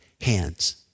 hands